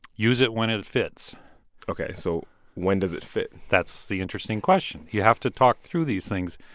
use it when it it fits ok, so when does it fit? that's the interesting question. you have to talk through these things.